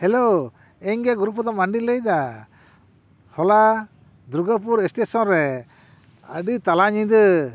hello ᱤᱧᱜᱮ ᱜᱩᱨᱩᱯᱚᱫᱚ ᱢᱟᱱᱰᱤᱧ ᱞᱟᱹᱫᱟ ᱦᱚᱞᱟ ᱫᱩᱨᱜᱟᱯᱩᱨ ᱥᱴᱮᱥᱚᱱ ᱨᱮ ᱟᱹᱰᱤ ᱛᱟᱞᱟ ᱧᱤᱫᱟᱹ